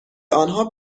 آنها